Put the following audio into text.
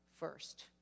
first